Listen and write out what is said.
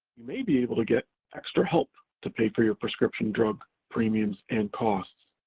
you may be able to get extra help to pay for your prescription drug premiums and costs.